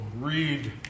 read